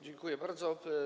Dziękuję bardzo.